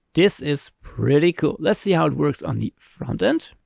this is pretty cool. let's see how it works on the front end.